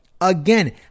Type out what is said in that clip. Again